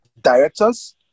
directors